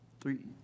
Three